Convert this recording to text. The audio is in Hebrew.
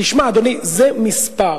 תשמע, אדוני, זה מספר.